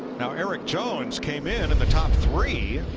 no eric jones came in in the top three.